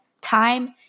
Time